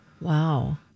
Wow